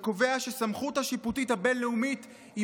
שקובע שהסמכות השיפוטית הבין-לאומית היא